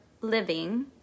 living